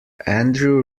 andrew